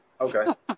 okay